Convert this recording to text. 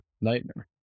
nightmare